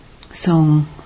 Song